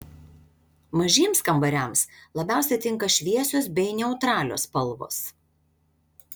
mažiems kambariams labiausiai tinka šviesios bei neutralios spalvos